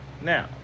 Now